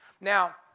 Now